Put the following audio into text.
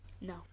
No